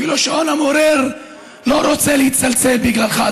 אפילו השעון המעורר לא רוצה לצלצל בגללך,